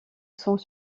sont